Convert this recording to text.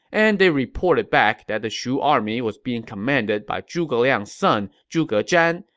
and they reported back that the shu army was being commanded by zhuge liang's son zhuge zhan,